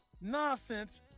nonsense